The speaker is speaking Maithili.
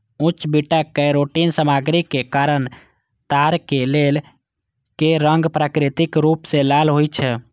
उच्च बीटा कैरोटीन सामग्रीक कारण ताड़क तेल के रंग प्राकृतिक रूप सं लाल होइ छै